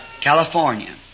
California